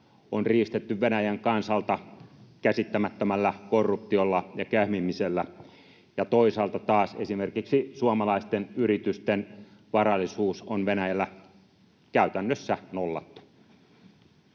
on riistetty Venäjän kansalta käsittämättömällä korruptiolla ja kähmimisellä ja toisaalta taas esimerkiksi suomalaisten yritysten varallisuus on Venäjällä käytännössä nollattu.